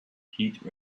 heat